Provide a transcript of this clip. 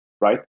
right